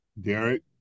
Derek